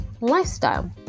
lifestyle